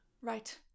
right